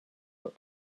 but